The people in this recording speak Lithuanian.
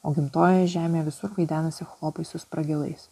o gimtojoje žemėje visur vaidenasi chlopai su spragilais